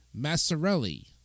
Massarelli